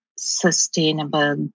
sustainable